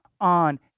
on